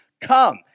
Come